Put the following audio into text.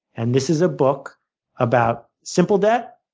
and this is a book about simple debt,